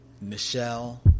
Michelle